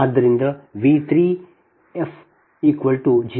ಆದ್ದರಿಂದ v 3 f 0